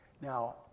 Now